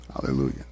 hallelujah